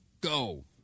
go